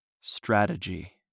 strategy